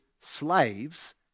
slaves